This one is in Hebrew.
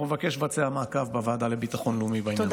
אנחנו נבקש לבצע מעקב בוועדה לביטחון לאומי בעניין הזה.